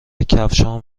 کفشهام